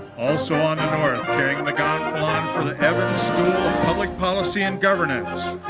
also on the north, carrying the gonfalon for the evans school of public policy and governance,